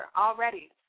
already